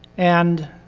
and,